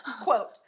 quote